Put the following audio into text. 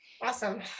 awesome